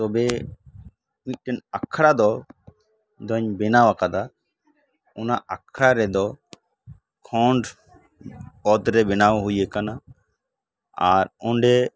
ᱛᱚᱵᱮ ᱢᱤᱫᱴᱮᱱ ᱟᱠᱷᱲᱟ ᱫᱚ ᱫᱚᱧ ᱵᱮᱱᱟᱣ ᱟᱠᱟᱫᱟ ᱚᱱᱟ ᱟᱠᱷᱲᱟ ᱨᱮᱫᱚ ᱠᱷᱚᱸᱰ ᱚᱛᱨᱮ ᱵᱮᱱᱟᱣ ᱦᱩᱭ ᱟᱠᱟᱱᱟ ᱟᱨ ᱚᱸᱰᱮ